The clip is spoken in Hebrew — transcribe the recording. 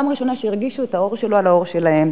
פעם ראשונה שהרגישו את העור שלו על העור שלהם,